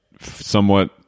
somewhat